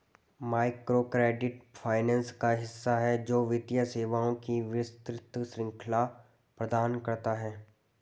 microcredit finance का हिस्सा है, जो वित्तीय सेवाओं की विस्तृत श्रृंखला प्रदान करता है